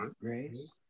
Grace